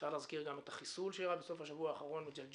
אפשר להזכיר גם את החיסול שאירע בסוף השבוע האחרון בג'לג'וליה.